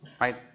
Right